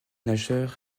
nageur